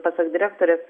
pasak direktorės